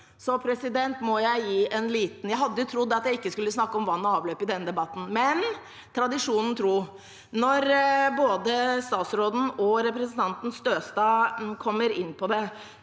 som en del av Norges felles kulturarv. Jeg hadde trodd at jeg ikke skulle snakke om vann og avløp i denne debatten, men tradisjonen tro: Når både statsråden og representanten Støstad kommer inn på det